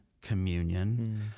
Communion